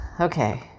okay